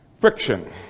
friction